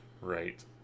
Right